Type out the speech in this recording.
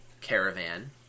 Caravan